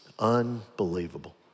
Unbelievable